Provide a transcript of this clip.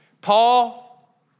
Paul